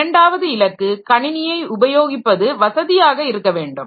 இரண்டாவது இலக்கு கணினியை உபயோகிப்பது வசதியாக இருக்க வேண்டும்